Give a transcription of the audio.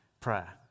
prayer